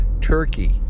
turkey